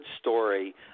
story